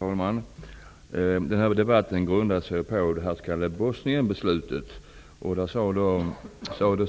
Herr talman! Den här debatten grundar sig på det s.k. Bosnienbeslutet. Statsrådet sade